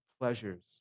pleasures